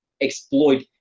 exploit